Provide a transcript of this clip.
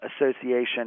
Association